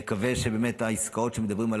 נקווה באמת שהעסקאות שעליהן מדברים,